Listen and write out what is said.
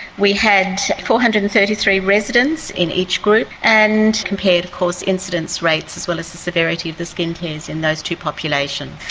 we had four hundred and thirty three residents in each group, and compared of course incidence rates as well as the severity of the skin tears in those two populations.